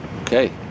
Okay